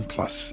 Plus